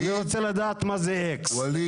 אני רוצה לדעת מה זה אקס.